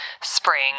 spring